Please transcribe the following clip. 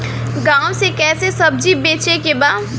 गांव से कैसे सब्जी बेचे के बा?